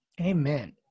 Amen